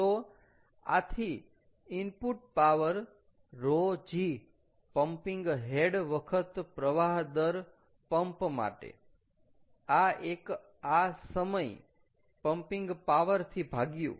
તો આથી input power ρ g pumping head વખત પ્રવાહ દર પંપ માટે આ એક આ સમય પંપિંગ પાવર થી ભાગ્યુ